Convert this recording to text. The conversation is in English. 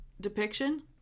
depiction